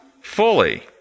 fully